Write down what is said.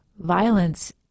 violence